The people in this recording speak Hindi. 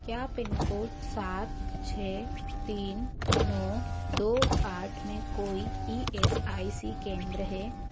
क्या पिनकोड सात छ तीन नौ दो आठ में कोई ई एस आई सी केंद्र है